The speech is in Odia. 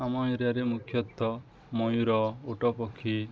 ଆମ ଏରିଆରେ ମୁଖ୍ୟତଃ ମୟୂର ଓଟ ପକ୍ଷୀ